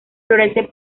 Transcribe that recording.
florece